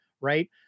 right